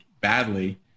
badly